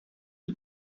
you